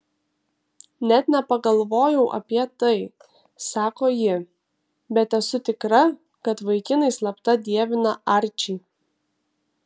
net nepagalvojau apie tai sako ji bet esu tikra kad vaikinai slapta dievina arčį